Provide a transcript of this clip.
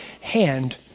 hand